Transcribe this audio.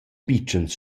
pitschens